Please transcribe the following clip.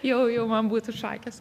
jau jau man būtų šakės